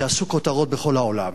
שעשו כותרות בכל העולם.